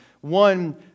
one